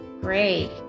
great